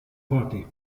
party